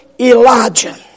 Elijah